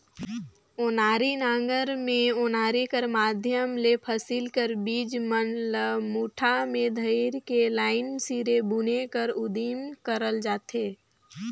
ओनारी नांगर मे ओनारी कर माध्यम ले फसिल कर बीज मन ल मुठा मे धइर के लाईन सिरे बुने कर उदिम करल जाथे